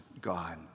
God